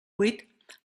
huit